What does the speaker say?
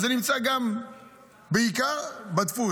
אז זה נמצא גם בעיקר בדפוס.